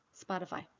Spotify